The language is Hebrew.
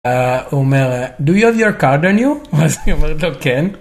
הוא אומר, do you have your card on you? ואז היא אומרת לו, כן.